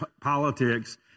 politics